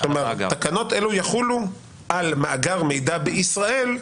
כלומר תקנות אלו יחולו על מאגר מידע בישראל,